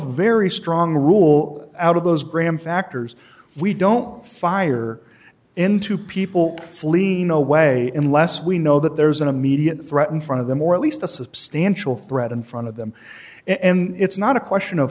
very strong rule out of those graham factors we don't fire into people fleeing away unless we know that there's an immediate threat in front of them or at least a substantial threat in front of them and it's not a question of